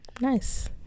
Nice